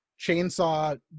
chainsaw